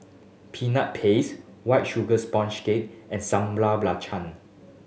Peanut Paste White Sugar Sponge Cake and Sambal Belacan